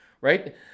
right